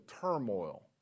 turmoil